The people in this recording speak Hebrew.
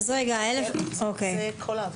אלו כל העבירות,